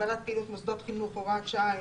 (הגבלת פעילות מוסדות חינוך) (הוראת שעה),